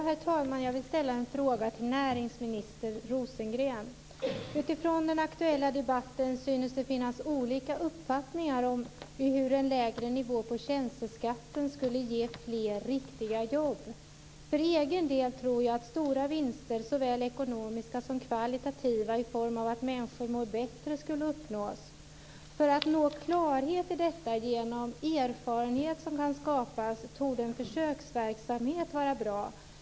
Herr talman! Jag vill ställa en fråga till näringsminister Rosengren. Utifrån den aktuella debatten synes det finnas olika upfattningar om hur en lägre nivå på tjänsteskatten skulle ge fler riktiga jobb. För egen del tror jag att stora vinster såväl ekonomiska som kvalitativa i form av att människor mår bättre skulle uppnås. För att nå klarhet i detta genom erfarenhet som kan skapas torde en försöksverksamhet vara bra.